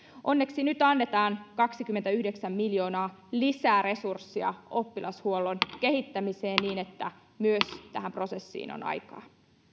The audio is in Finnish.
onneksi nyt annetaan kaksikymmentäyhdeksän miljoonaa lisää resurssia oppilashuollon kehittämiseen niin että myös tähän prosessiin on aikaa